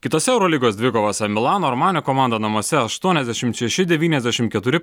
kitose eurolygos dvikovose su milano armanio komanda namuose aštuoniasdešimt šeši devyniasdešimt keturi